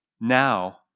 now